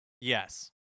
Yes